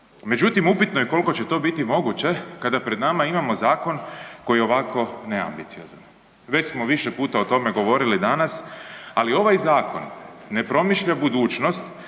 Međutim, upitno je koliko će to biti moguće kada pred nama imamo zakon koji je ovako neambiciozan. Već smo više puta o tome govorili danas, ali ovaj zakon ne promišlja budućnost